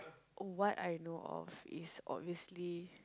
what I know of is obviously